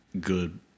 good